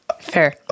fair